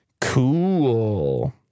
Cool